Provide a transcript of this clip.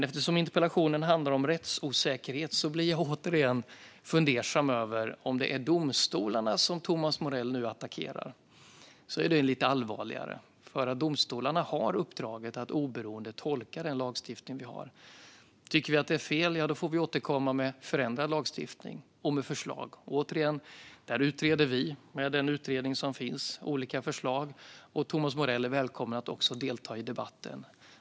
Eftersom interpellationen handlar om rättsosäkerhet blir jag, återigen, fundersam över om det är domstolarna som Thomas Morell nu attackerar. Då är det lite allvarligare. Domstolarna har uppdraget att oberoende tolka den lagstiftning vi har. Tycker vi att det är fel får vi återkomma med förändrad lagstiftning och med förslag. Återigen: Med den utredning som finns utreder vi olika förslag. Thomas Morell är välkommen att också delta i debatten.